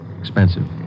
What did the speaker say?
Expensive